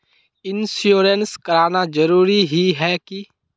Insurance कराना जरूरी ही है की?